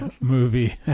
movie